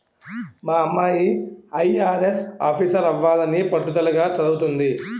మా అమ్మాయి ఐ.ఆర్.ఎస్ ఆఫీసరవ్వాలని పట్టుదలగా చదవతంది